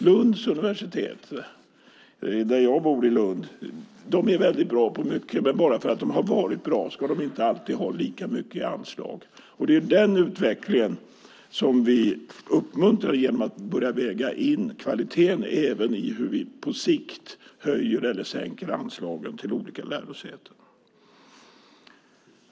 Lunds universitet - jag bor i Lund - är väldigt bra på mycket, men bara för att de har varit bra ska de inte alltid ha lika mycket i anslag. Det är den utvecklingen som vi uppmuntrar genom att börja väga in kvaliteten även i hur vi på sikt höjer eller sänker anslagen till olika lärosäten.